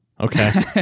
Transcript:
okay